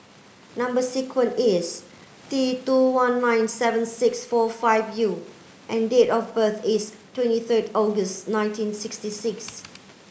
number is T two one nine seven six four five U and date of birth is twenty third August nineteen sixty six